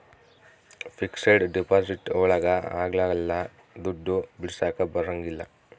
fixed deposit ಒಳಗ ಅಗ್ಲಲ್ಲ ದುಡ್ಡು ಬಿಡಿಸಕ ಬರಂಗಿಲ್ಲ